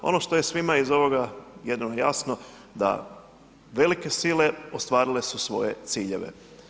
Ono što je svima iz ovoga jasno da velike sile ostvarile su svoje ciljeve.